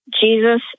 Jesus